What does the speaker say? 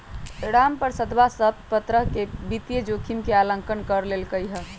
रामप्रसादवा सब प्तरह के वित्तीय जोखिम के आंकलन कर लेल कई है